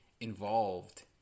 involved